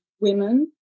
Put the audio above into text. women